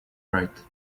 right